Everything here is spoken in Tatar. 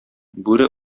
бүре